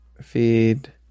feed